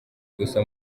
ubusa